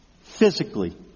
physically